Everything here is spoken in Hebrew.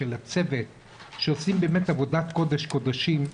של הצוות שעושים עבודת קודש קודשים.